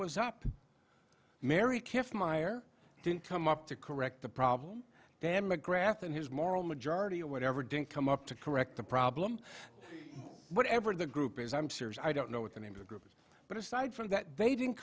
was up mary kept my or didn't come up to correct the problem then mcgrath and his moral majority or whatever didn't come up to correct the problem whatever the group is i'm serious i don't know what the name of the group but aside from that they didn't